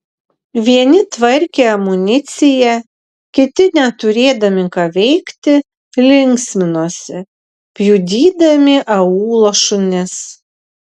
vieni tvarkė amuniciją kiti neturėdami ką veikti linksminosi pjudydami aūlo šunis